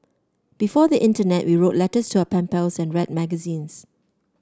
before the internet we wrote letters to our pen pals and read magazines